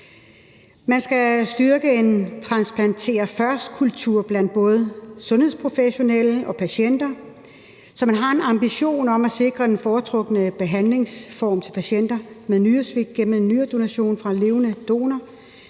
Man skal styrke en transplanter først-kultur blandt både sundhedsprofessionelle og patienter, så man har en ambition om at sikre den foretrukne behandlingsform til patienter med nyresvigt gennem en nyredonation fra en levende donor,